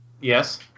Yes